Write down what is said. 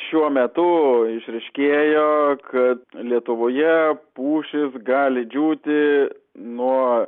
šiuo metu išryškėjo kad lietuvoje pušys gali džiūti nuo